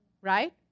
right